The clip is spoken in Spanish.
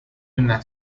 una